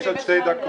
--- יש עוד 2 דקות.